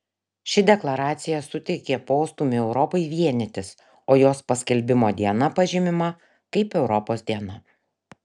ši deklaracija suteikė postūmį europai vienytis o jos paskelbimo diena pažymima kaip europos diena